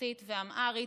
רוסית ואמהרית.